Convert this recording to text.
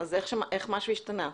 איך משהו ישתנה?